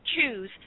choose